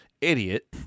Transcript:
idiot